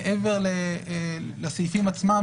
מעבר לסעיפים עצמם,